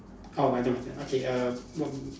orh my turn okay err what